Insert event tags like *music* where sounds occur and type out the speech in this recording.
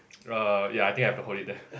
uh ya I think I have to hold it there *breath*